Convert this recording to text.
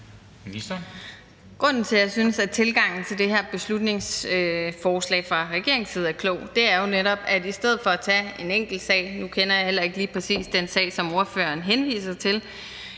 Grunden til, at jeg synes, at tilgangen til det her beslutningsforslag fra regeringen er klog, er jo netop, at i stedet for at tage en enkelt sag – nu kender jeg heller ikke lige præcis den sag, som ordføreren henviser til